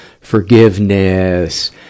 forgiveness